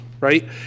right